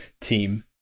team